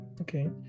okay